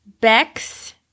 bex